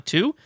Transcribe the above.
Two